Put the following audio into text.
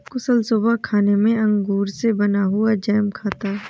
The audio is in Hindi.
कुशल सुबह खाने में अंगूर से बना हुआ जैम खाता है